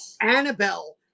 Annabelle